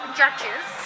judges